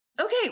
Okay